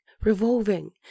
revolving